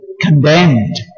condemned